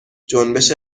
جنبش